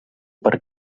per